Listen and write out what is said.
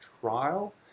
trial